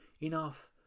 enough